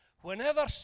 whenever